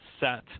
set